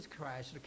Christ